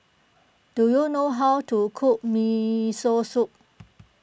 do you know how to cook Miso Soup